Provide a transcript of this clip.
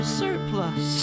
surplus